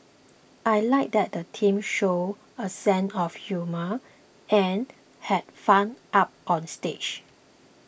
I like that the teams showed a sense of humour and had fun up on stage